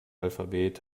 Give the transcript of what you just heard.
alphabet